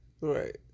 right